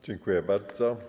Dziękuję bardzo.